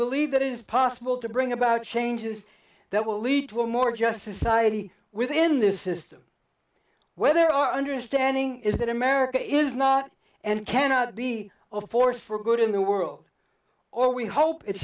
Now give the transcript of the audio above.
believe that it is possible to bring about changes that will lead to a more just society within this system where our understanding is that america is not and cannot be a force for good in the world or we hope it